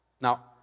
Now